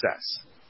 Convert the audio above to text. success